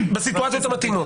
בסיטואציות המתאימות.